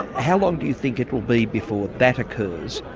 how long do you think it will be before that occurs?